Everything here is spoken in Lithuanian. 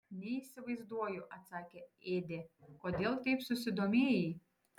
neįsivaizduoju atsakė ėdė kodėl taip susidomėjai